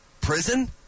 prison